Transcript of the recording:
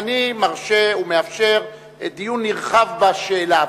אני מרשה ומאפשר דיון נרחב בשאלה.